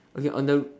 okay on the